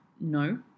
no